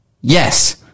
Yes